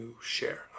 share